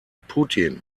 putin